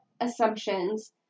assumptions